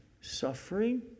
suffering